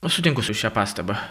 aš sutinku su šia pastaba